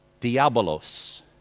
diabolos